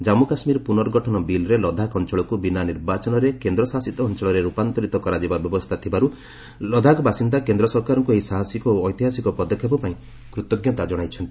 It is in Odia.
ଜାଞ୍ଗୁ କାଶ୍ମୀର ପୁନର୍ଗଠନ ବିଲ୍ରେ ଲଦାଖ୍ ଅଞ୍ଚଳକୁ ବିନା ନିର୍ବାଚନରେ କେନ୍ଦ୍ରଶାସିତ ଅଞ୍ଚଳରେ ରୂପାନ୍ତରିତ କରାଯିବା ବ୍ୟବସ୍ଥା ଥିବାରୁ ଲଦାଖ ବାସିନ୍ଦା କେନ୍ଦ୍ର ସରକାରଙ୍କୁ ଏହି ସାହସିକ ଓ ଐତିହାସିକ ପଦକ୍ଷେପ ପାଇଁ କୃତଜ୍ଞତା ଜଣାଇଛନ୍ତି